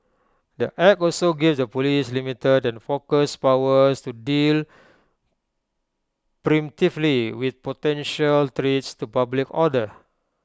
the act also gives the Police limited and focused powers to deal preemptively with potential threats to public order